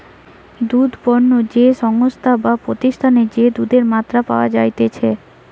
দুধ পণ্য যে সংস্থায় বা প্রতিষ্ঠানে যে দুধের মাত্রা পাওয়া যাইতেছে